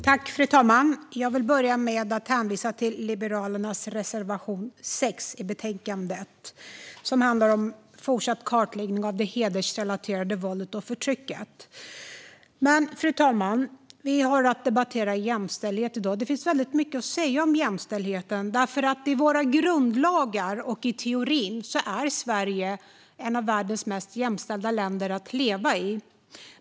Fru talman! Jag vill börja med att yrka bifall till Liberalernas reservation 6 i betänkandet, som handlar om fortsatt kartläggning av det hedersrelaterade våldet och förtrycket. Fru talman! Vi debatterar jämställdhet i dag. Det finns väldigt mycket att säga om jämställdheten därför att Sverige enligt våra grundlagar och i teorin är ett av världens mest jämställda länder att leva i.